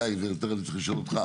גיא, צריך לשאול אותך.